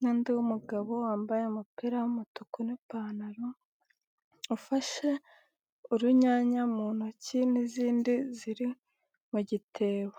n'undi w'umugabo wambaye umupira w'umutuku n'ipantaro ufashe urunyanya mu ntoki n'izindi ziri mu gitebo,